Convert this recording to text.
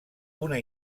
una